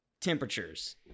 temperatures